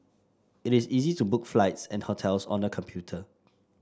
it is easy to book flights and hotels on the computer